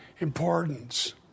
importance